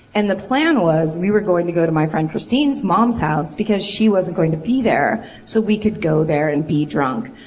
and the plan was, we were going to go to my friend christine's mom's house because she wasn't going to be there. so we could go there and be drunk.